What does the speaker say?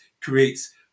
creates